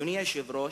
אדוני היושב-ראש,